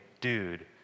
dude